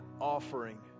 offering